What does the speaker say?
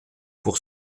pour